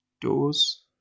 doors